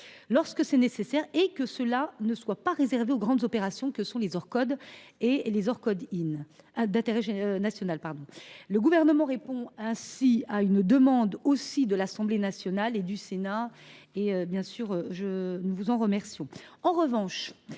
lorsque c’est nécessaire, et que cela ne soit pas réservé aux grandes opérations que sont les Orcod et les Orcod d’intérêt national. Le Gouvernement répond ainsi à une demande de l’Assemblée nationale et du Sénat. Qu’il en soit remercié.